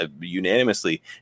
unanimously